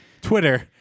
twitter